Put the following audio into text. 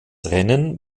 rennen